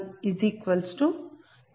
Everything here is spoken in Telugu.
6Pg140